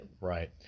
Right